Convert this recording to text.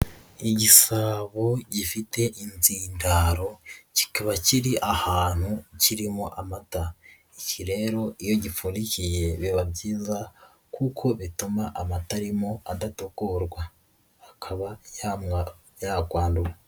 Igisabo gifite inzindaro, kikaba kiri ahantu kirimo amata. Iki rero iyo gipfundikiye biba byiza, kuko bituma amata arimo adatokorwa. Akaba ya yakwandura.